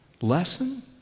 Lesson